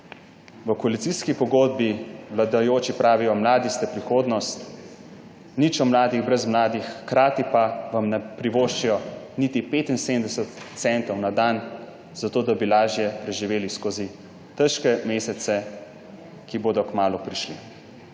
v koalicijski pogodbi vladajoči pravijo, mladi ste prihodnost, nič o mladih brez mladih, hkrati pa vam ne privoščijo niti 75 centov na dan, da bi lažje preživeli skozi težke mesece, ki bodo kmalu prišli.